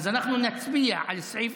אנחנו נצביע על סעיף,